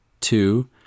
two